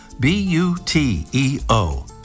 B-U-T-E-O